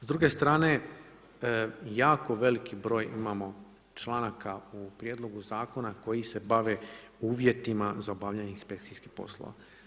S druge strane, jako veliki broj imamo članaka u prijedlogu zakona koji se bave uvjetima za obavljanje inspekcijskih poslova.